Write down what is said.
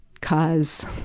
cause